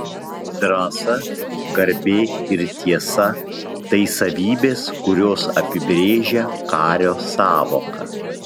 drąsa garbė ir tiesa tai savybės kurios apibrėžią kario sąvoką